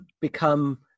become